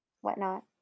whatnot